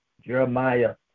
Jeremiah